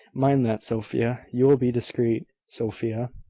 mind that, sophia. you will be discreet, sophia.